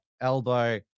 elbow